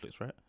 right